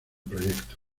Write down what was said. proyecto